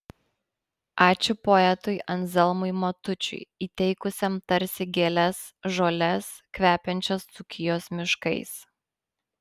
ačiū poetui anzelmui matučiui įteikusiam tarsi gėles žoles kvepiančias dzūkijos miškais